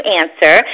answer